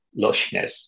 lushness